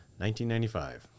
1995